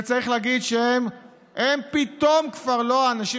וצריך להגיד שהם פתאום כבר לא האנשים